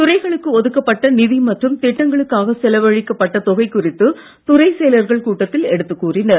துறைகளுக்கு ஒதுக்கப்பட்ட நிதி மற்றும் திட்டங்களுக்காக செலவழிக்கப்பட்ட தொகை குறித்து துறைச் செயலர்கள் கூட்டத்தில் எடுத்துக் கூறினர்